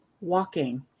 walking